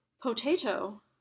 potato